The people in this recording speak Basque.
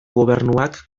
gobernuak